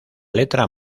letra